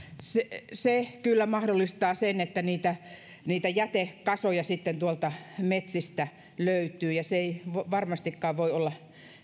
se se kyllä mahdollistaa sen että niitä niitä jätekasoja sitten tuolta metsistä löytyy ja se ei varmastikaan voi olla